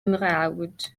mrawd